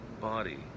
body